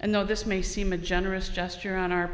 and though this may seem a generous gesture on our